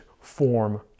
form